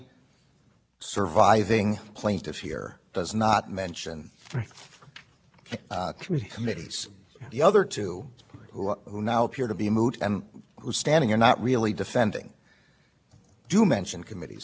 federal offices and or their political parties saw i understand that you have an argument that there is not a way of relieving the over inclusiveness by giving to a